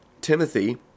Timothy